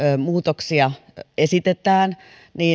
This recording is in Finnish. muutoksia esitetään